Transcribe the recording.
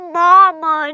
mama